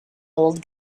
old